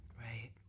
Right